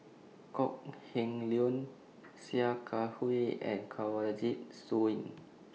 Kok Heng Leun Sia Kah Hui and Kanwaljit Soin